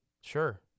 Sure